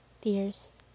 tears